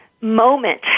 moment